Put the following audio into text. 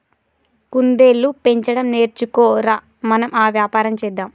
కుందేళ్లు పెంచడం నేర్చుకో ర, మనం ఆ వ్యాపారం చేద్దాం